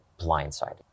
blindsided